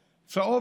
צהוב,